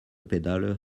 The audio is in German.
pedale